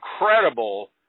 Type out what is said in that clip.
incredible